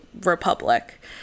Republic